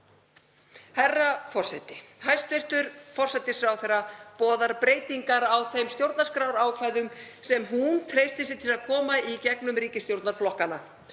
Herra forseti. Hæstv. forsætisráðherra boðar breytingar á þeim stjórnarskrárákvæðum sem hún treysti sér til að koma í gegnum ríkisstjórnarflokkana.